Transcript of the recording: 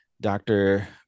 dr